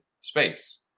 space